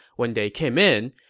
when they came in,